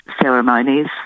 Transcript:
ceremonies